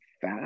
fat